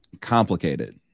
Complicated